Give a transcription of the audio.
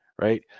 right